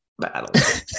battle